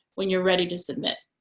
when you're ready to submit,